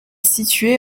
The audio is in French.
situé